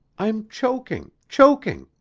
i'm choking, choking.